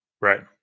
Right